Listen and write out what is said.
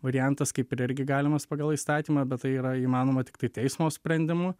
variantas kaip ir irgi galimas pagal įstatymą bet tai yra įmanoma tiktai teismo sprendimu